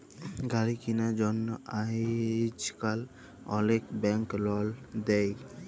গাড়ি কিলার জ্যনহে আইজকাল অলেক ব্যাংক লল দেই